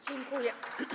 Dziękuję.